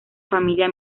familia